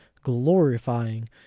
glorifying